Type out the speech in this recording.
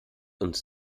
uns